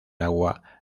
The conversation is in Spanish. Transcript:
agua